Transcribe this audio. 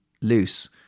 loose